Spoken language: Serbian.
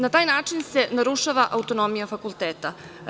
Na taj način se narušava autonomija fakulteta.